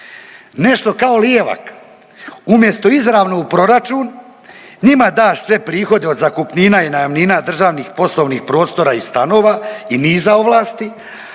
Nešto kao lijevak, umjesto izravno u proračun njima daš sve prihode od zakupnina i najamnina državnih poslovnih prostora i stanova i niza ovlasti,